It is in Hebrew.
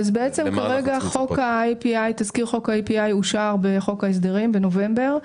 כרגע תזכיר חוק ה-API אושר בחוק ההסדרים, בנובמבר.